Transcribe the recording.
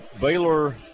Baylor